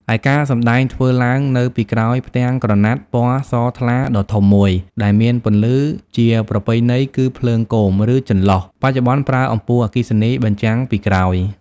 ឯការសម្ដែងធ្វើឡើងនៅពីក្រោយផ្ទាំងក្រណាត់ពណ៌សថ្លាដ៏ធំមួយ ដែលមានពន្លឺ ជាប្រពៃណីគឺភ្លើងគោម ឬចន្លុះ បច្ចុប្បន្នប្រើអំពូលអគ្គិសនី បញ្ចាំងពីក្រោយ ។